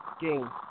game